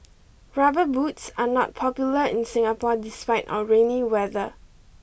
rubber boots are not popular in Singapore despite our rainy weather